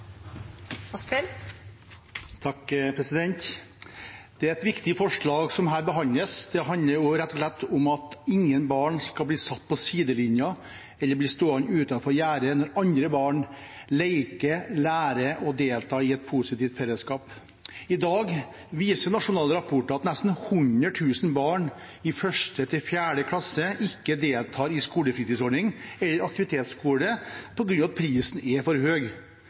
er et viktig forslag som her behandles. Det handler rett og slett om at ingen barn skal bli satt på sidelinja eller bli stående utenfor gjerdet når andre barn leker, lærer og deltar i et positivt fellesskap. I dag viser nasjonale rapporter at nesten 100 000 barn i 1.– 4. klasse ikke deltar i skolefritidsordning eller aktivitetsskole på grunn av at prisen er for